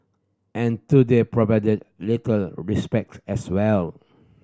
and today provided little respite as well